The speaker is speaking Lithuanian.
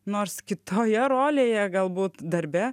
nors kitoje rolėje galbūt darbe